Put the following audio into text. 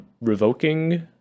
revoking